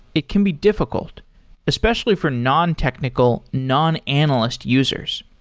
it can be difficult especially for nontechnical, non-analyst users.